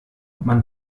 man